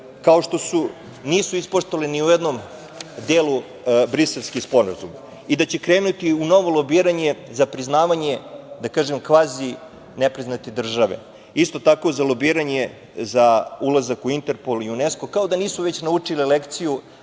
kao što nisu ispoštovali ni u jednom delu Briselski sporazum i da će krenuti u novo lobiranje za priznavanje da kažem, kvazi nepriznate države. Isto tako, za lobiranje, za ulazak u Interpol i Unesko, kao da nisu već naučile lekciju